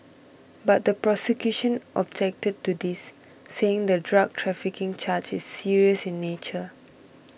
but the prosecution objected to this saying the drug trafficking charge is serious in nature